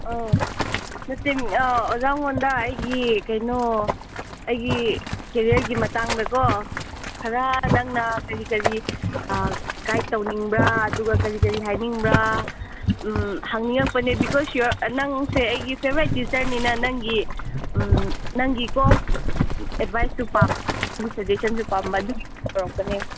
ꯑꯣ ꯅꯠꯇꯦ ꯑꯣꯖꯥ ꯅꯉꯣꯟꯗ ꯑꯩꯒꯤ ꯀꯩꯅꯣ ꯑꯩꯒꯤ ꯀꯦꯔꯤꯌꯔꯒꯤ ꯃꯇꯥꯡꯗꯀꯣ ꯈꯔ ꯅꯪꯅ ꯀꯔꯤ ꯀꯔꯤ ꯒꯥꯏꯠ ꯇꯧꯅꯤꯡꯕ꯭ꯔ ꯑꯗꯨꯒ ꯀꯔꯤ ꯀꯔꯤ ꯍꯥꯏꯅꯤꯡꯕ꯭ꯔ ꯍꯪꯅꯤꯡꯉꯛꯄꯅꯦ ꯕꯤꯀꯣꯁ ꯅꯪꯁꯦ ꯑꯩꯒꯤ ꯐꯦꯕꯔꯥꯏꯠ ꯇꯤꯆꯔꯅꯤꯅ ꯅꯪꯒꯤ ꯅꯪꯒꯤ ꯀꯣ ꯑꯦꯠꯕꯥꯏꯁꯁꯨ ꯄꯥꯝꯕ ꯅꯪꯒꯤ ꯁꯖꯦꯁꯟꯁꯨ ꯄꯥꯝꯕ ꯑꯗꯨꯒꯤ ꯇꯧꯔꯛꯄꯅꯦ